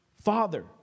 Father